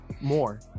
More